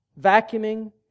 vacuuming